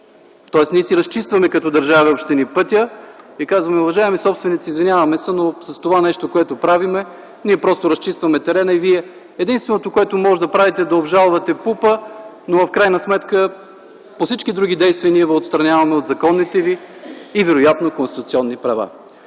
общини си разчистваме пътя и казваме: „Уважаеми собственици, извиняваме се, но с това, което правим, ние просто разчистваме терена и единственото, което можете да направите вие, е да обжалвате ПУП, но в крайна сметка по всички други действия ви отстраняваме от законните ви и, вероятно, конституционни права”.